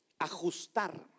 ajustar